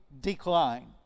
decline